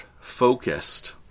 focused